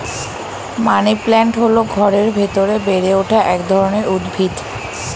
money plant হল ঘরের ভেতরে বেড়ে ওঠা এক ধরনের উদ্ভিদ